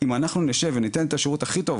אם אנחנו נשב וניתן את השירות הכי טוב